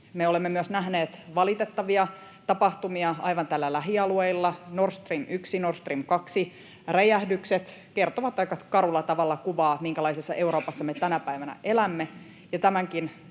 Me olemme myös nähneet valitettavia tapahtumia aivan täällä lähialueilla. Nord Stream 1:n ja Nord Stream 2:n räjähdykset kertovat aika karulla tavalla kuvaa, minkälaisessa Euroopassa me tänä päivänä elämme,